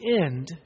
end